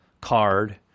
card